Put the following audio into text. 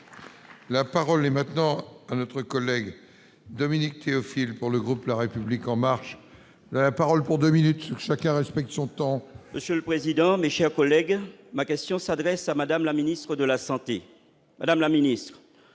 La parole est maintenant à notre collègue Dominique Théophile pour le groupe, la République en marche la parole pour 2 minutes chacun respecte son temps. Monsieur le président, mes chers collègues, ma question s'adresse à Madame la ministre de la Santé, Madame la Ministre,